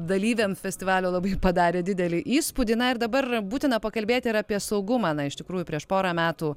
dalyviam festivalio labai padarė didelį įspūdį na ir dabar būtina pakalbėti ir apie saugumą na iš tikrųjų prieš porą metų